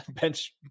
bench